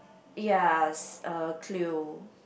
ya it's uh Cleo